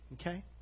Okay